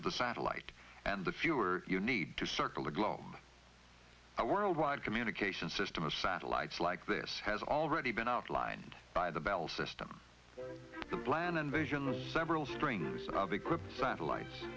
of the satellite and the fewer you need to circle the globe a worldwide communication system of satellites like this has already been outlined by the bell system the plan and vision of several strings of equipped satellites